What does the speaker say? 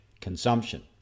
consumption